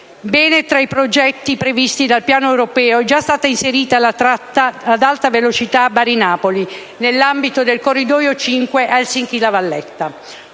Bene, tra i progetti previsti dal piano europeo è già stata inserita la tratta ad alta velocità Bari-Napoli, nell'ambito del corridoio 5 Helsinki-La Valletta: